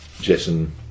Jason